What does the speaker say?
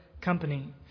Company